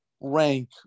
rank